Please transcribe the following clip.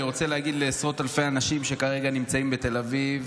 אני רוצה להגיד לעשרות אלפי האנשים שכרגע נמצאים בתל אביב,